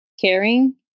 caring